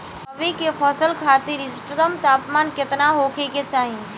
रबी क फसल खातिर इष्टतम तापमान केतना होखे के चाही?